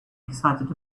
excited